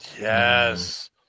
Yes